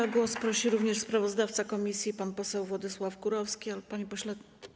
O głos prosi również sprawozdawca komisji pan poseł Władysław Kurowski Panie Pośle!